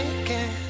again